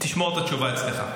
תשמור את התשובה אצלך.